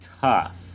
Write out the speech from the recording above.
tough